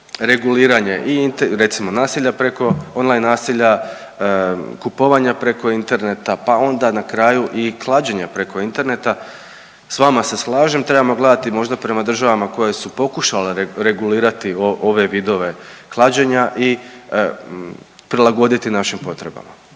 reguliranje i recimo preko, on-line nasilja, kupovanja preko interneta, pa onda na kraju i klađenja preko interneta. Sa vama se slažem trebamo gledati možda prema državama koje su pokušale regulirati ove vidove klađenja i prilagoditi našim potrebama.